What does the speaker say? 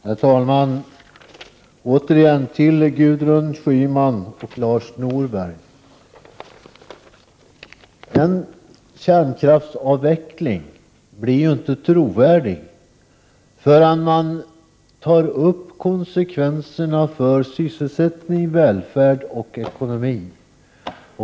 Herr talman! Jag vill återigen säga något till Gudrun Schyman och Lars Norberg. Talet om en kärnkraftsavveckling blir trovärdigt först när konsekvenserna för sysselsättning, välfärd och ekonomi tas upp.